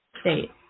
State